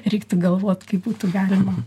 reiktų galvot kaip būtų galima